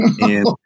And-